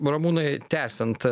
ramūnai tęsiant